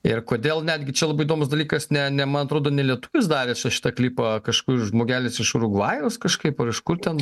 ir kodėl netgi čia labai įdomus dalykas ne ne man atrodo ne lietuvis darė čia šitą klipą kažkur žmogelis iš urugvajaus kažkaip ar kažkur ten